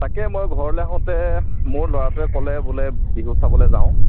তাকে মই ঘৰলৈ আহোঁতে মোৰ ল'ৰাটোৱে ক'লে বোলে বিহু চাবলৈ যাওঁ